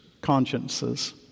consciences